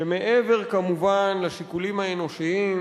שמעבר כמובן לשיקולים האנושיים